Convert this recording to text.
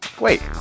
Wait